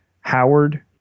Howard